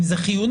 אם זה חיוני,